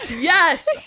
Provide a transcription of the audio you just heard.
Yes